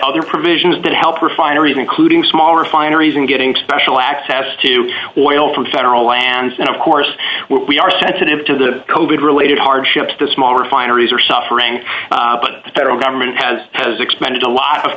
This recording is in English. other provisions that help refineries including small refineries and getting special access to oil from federal lands and of course we are sensitive to the cold related hardships that small refineries are suffering but the federal government has has expended a lot of